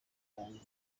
yanjye